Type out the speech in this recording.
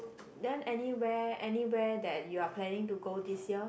then anywhere anywhere that you're planning to go this year